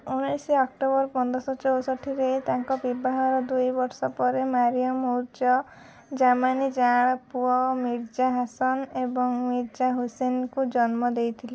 ଉଣେଇଶି ଅକ୍ଟୋବର ପନ୍ଦରଶ ଚଉଷଠିରେ ତାଙ୍କ ବିବାହର ଦୁଇ ବର୍ଷ ପରେ ମାରିୟମ ଉଜ ଜାମାନି ଯାଆଁଳା ପୁଅ ମିର୍ଜା ହାସନ୍ ଏବଂ ମିର୍ଜା ହୁସେନ୍ଙ୍କୁ ଜନ୍ମ ଦେଇଥିଲେ